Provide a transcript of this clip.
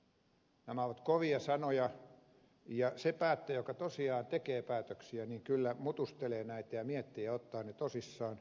nämä ovat kovia sanoja ja se päättäjä joka tosiaan tekee päätöksiä kyllä mutustelee näitä ja miettii ja ottaa ne tosissaan